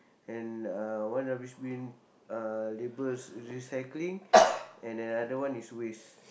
and uh one rubbish bin uh labels recycling and the other one is waste